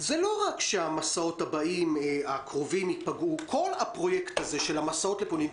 לא רק שהמסעות הקרובים ייפגעו אלא כל הפרויקט הזה של המסעות לפולין,